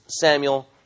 Samuel